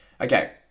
Okay